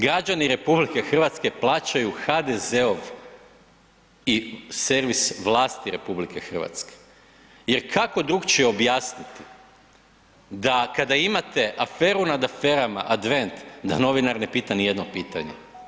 Građani RH plaćaju HDZ-ov i servis vlasti RH jer kako drukčije objasnit da kada imate aferu nad aferama advent da novinar ne pita nijedno pitanje.